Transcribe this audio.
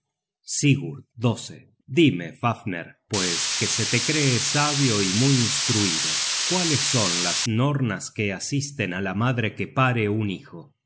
sigurd dime fafner pues que te se cree sabio y muy instruido cuáles son las nornas que asisten á la madre que pare un hijo